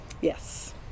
Yes